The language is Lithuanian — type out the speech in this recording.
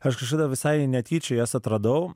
aš kažkada visai netyčia jas atradau